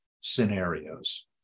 scenarios